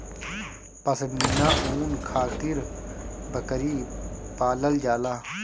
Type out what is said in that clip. पश्मीना ऊन खातिर बकरी पालल जाला